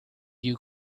you